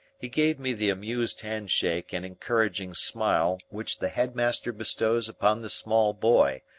he gave me the amused hand-shake and encouraging smile which the head master bestows upon the small boy,